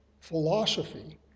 philosophy